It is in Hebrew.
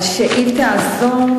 רצוני לשאול: 1. מדוע מתקבלת החלטה מסוג